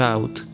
Out